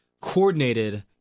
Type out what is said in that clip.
coordinated